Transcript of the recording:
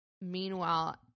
Meanwhile